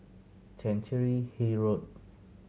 Chancery Hill Road